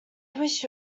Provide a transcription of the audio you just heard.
wish